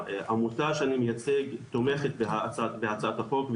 העמותה שאני מייצג תומכת בהצעת החוק.